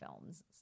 films